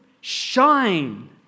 shine